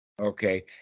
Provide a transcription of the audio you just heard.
Okay